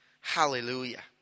Hallelujah